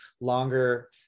longer